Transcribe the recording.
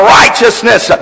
righteousness